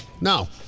no